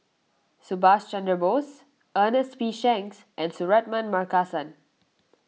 Subhas Chandra Bose Ernest P Shanks and Suratman Markasan